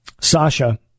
Sasha